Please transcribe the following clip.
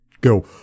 go